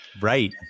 Right